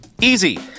Easy